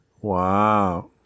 Wow